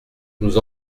nous